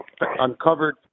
uncovered